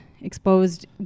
exposed